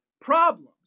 problems